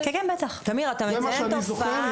מה שאני זוכר,